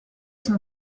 son